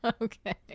Okay